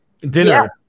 Dinner